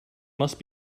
must